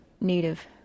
Native